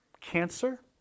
cancer